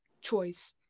choice